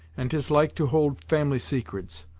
and tis like to hold family secrets.